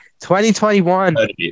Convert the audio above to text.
2021